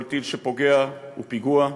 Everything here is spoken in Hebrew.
כל טיל שפוגע הוא פיגוע,